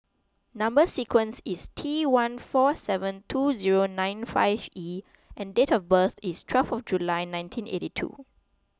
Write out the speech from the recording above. Number Sequence is T one four seven two zero nine five E and date of birth is twelve July nineteen eighty two